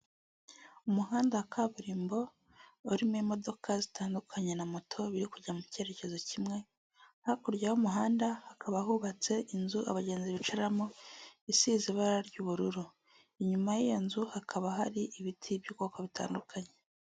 Umuhanda wa kaburimbo urimo imodoka zitandukanye na moto biri kujya mu cyerekezo kimwe. Hakurya y'umuhanda haka hubatse inzu abagenzi bicaramo, isize ibara ry'ubururu. Inyuma yiyo nzu hakaba hari ibiti by'ubwoko butandukanye.